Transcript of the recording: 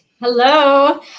Hello